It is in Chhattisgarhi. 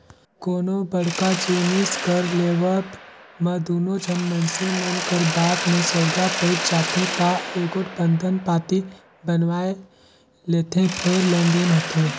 कोनो बड़का जिनिस कर लेवब म दूनो झन मइनसे मन कर बात में सउदा पइट जाथे ता एगोट बंधन पाती बनवाए लेथें फेर लेन देन होथे